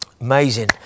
Amazing